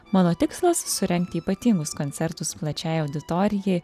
mano tikslas surengti ypatingus koncertus plačiai auditorijai